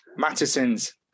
Mattisons